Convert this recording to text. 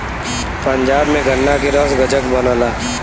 पंजाब में गन्ना के रस गजक बनला